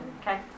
Okay